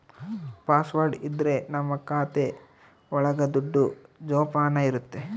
password ಇದ್ರೆ ನಮ್ ಖಾತೆ ಒಳಗ ದುಡ್ಡು ಜೋಪಾನ ಇರುತ್ತೆ